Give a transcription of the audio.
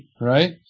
right